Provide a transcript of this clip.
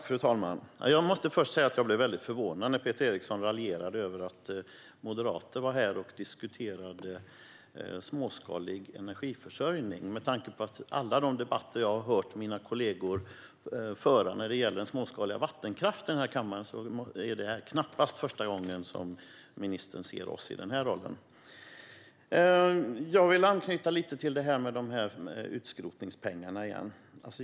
Fru talman! Jag måste först säga att jag blev väldigt förvånad när Peter Eriksson raljerade över att moderater var här och diskuterade småskalig energiförsörjning. Med tanke på alla de debatter jag har hört mina kollegor föra här i kammaren när det gäller den småskaliga vattenkraften är detta knappast den första gång som ministern ser oss i denna roll. Jag vill anknyta lite till skrotningspengarna igen.